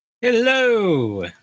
Hello